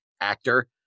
actor